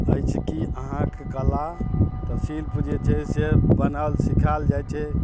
अछि कि अहाँके कला तऽ शिल्प जे छै से बनल सिखाएल जाइ छै